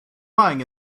lying